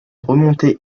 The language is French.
remonter